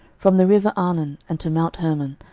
from the river arnon unto mount hermon,